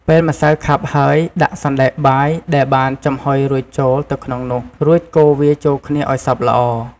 ពេលម្សៅខាប់ហើយ ដាក់សណ្ដែកបាយដែលបានចំហុយរួចចូលទៅក្នុងនោះ រួចកូរវាចូលគ្នាឲ្យសព្វល្អ។